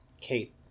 Kate